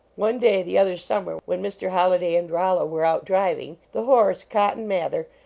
one day, the other summer, when mr. holliday and rollo were out driving, the horse, cotton mather,